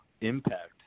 impact